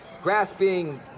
grasping